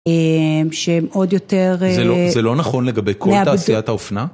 שהם עוד יותר... זה לא נכון לגבי כל תעשיית האופנה?